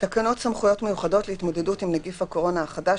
תקנות סמכויות מיוחדות להתמודדות עם נגיף הקורונה החדש